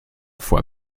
fois